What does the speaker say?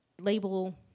label